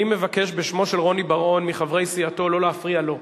אני מבקש בשמו של רוני בר-און מחברי סיעתו לא להפריע לו,